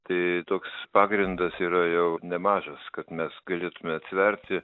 tai toks pagrindas yra jau nemažas kad mes galėtume atsverti